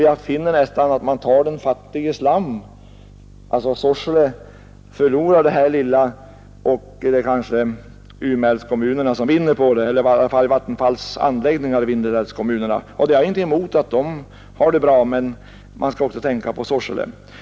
Jag finner att man nästan tar den fattiges lamm; Sorsele förlorar det här lilla objektet, och det kanske blir Umeälvskommunerna — eller i varje fall Vattenfalls anläggningar i Umeälvskommunerna — som vinner på det. Jag har ingenting emot att de har det bra, men man skall också tänka på Sorsele.